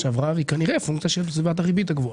כנראה שהירידה היא פונקציה של סביבת הריבית הגבוהה.